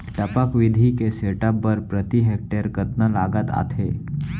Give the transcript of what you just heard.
टपक विधि के सेटअप बर प्रति हेक्टेयर कतना लागत आथे?